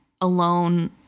alone